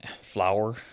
flour